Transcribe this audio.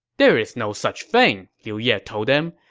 there's no such thing, liu ye told them.